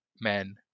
men